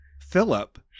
Philip